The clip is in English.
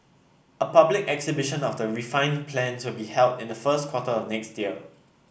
a public exhibition of the refined plans will be held in the first quarter of next year